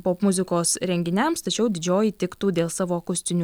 popmuzikos renginiams tačiau didžioji tiktų dėl savo akustinių